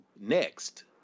next